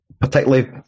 particularly